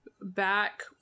back